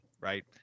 right